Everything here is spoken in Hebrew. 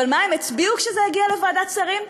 אבל מה הם הצביעו כשזה יגיע לוועדת השרים,